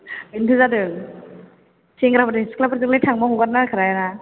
बेनोथ' जादों सेंग्राफोरजों सिख्लाफोरजोंलाय थांबा हगारना होखानाय नङा ना